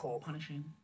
punishing